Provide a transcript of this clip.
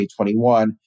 2021